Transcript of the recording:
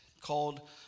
called